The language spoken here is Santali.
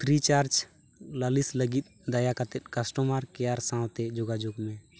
ᱯᱷᱨᱤᱪᱟᱨᱡᱽ ᱞᱟᱹᱞᱤᱥ ᱞᱟᱹᱜᱤᱫ ᱫᱟᱭᱟ ᱠᱟᱛᱮᱫ ᱠᱟᱥᱴᱚᱢᱟᱨ ᱠᱮᱭᱟᱨ ᱥᱟᱶᱛᱮ ᱡᱳᱜᱟᱡᱳᱜᱽ ᱢᱮ